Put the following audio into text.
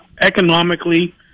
economically